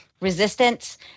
resistance